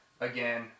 again